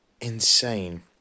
insane